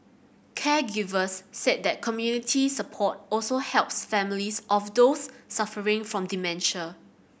caregivers said that community support also helps families of those suffering from dementia